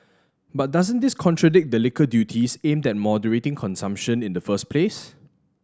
but doesn't this contradict the liquor duties aimed at moderating consumption in the first place